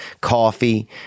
coffee